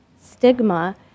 stigma